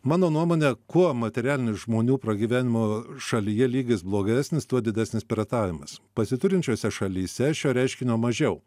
mano nuomone kuo materialinis žmonių pragyvenimo šalyje lygis blogesnis tuo didesnis piratavimas pasiturinčiose šalyse šio reiškinio mažiau